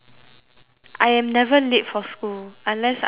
I am never late for school unless I purposely late